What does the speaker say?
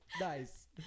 Nice